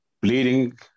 bleeding